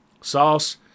sauce